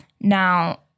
Now